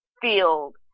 field